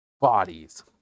bodies